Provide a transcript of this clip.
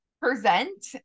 present